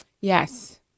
Yes